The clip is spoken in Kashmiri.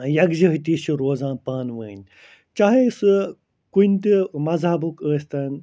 یَکجٲہتی چھِ روزان پانہٕ ؤںۍ چاہے سُہ کُنہِ تہِ مزہبُک ٲسۍتَن